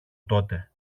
τότε